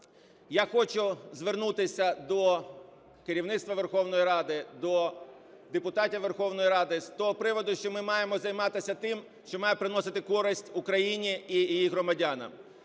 Я хочу звернутися до керівництва Верховної Ради, до депутатів Верховної Ради з того приводу, що ми маємо займатися тим, що має приносити користь Україні і її громадянам.